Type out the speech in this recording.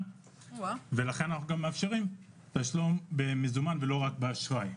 ולכן אנחנו גם מאפשרים תשלום במזומן ולא רק באשראי.